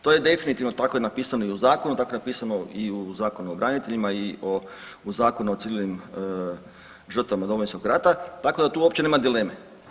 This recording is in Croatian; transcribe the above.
To je definitivno, tako je napisano i u zakonu, tako je napisano i u Zakonu o braniteljima i u Zakonu o civilnim žrtvama domovinskog rata, tako da tu uopće nema dileme.